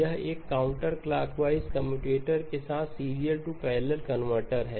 यह एक counterclockwise commutator के साथ सीरियल टू पैरलल कनवर्टर है